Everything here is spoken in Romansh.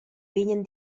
vegnan